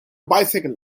bicycle